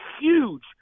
huge